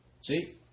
See